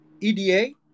EDA